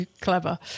clever